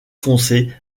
foncé